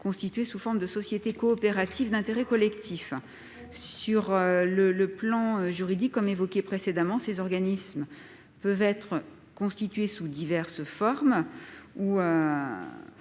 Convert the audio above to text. constitués sous forme de société coopérative d'intérêt collectif. Sur un plan juridique, ces organismes peuvent être constitués sous diverses formes.